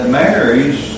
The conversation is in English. marries